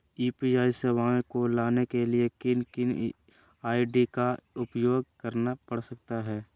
UPI सेवाएं को लाने के लिए किन किन आई.डी का उपयोग करना पड़ सकता है?